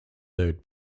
third